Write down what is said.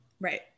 Right